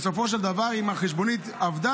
בסופו של דבר אם החשבונית אבדה,